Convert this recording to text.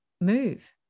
move